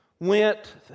went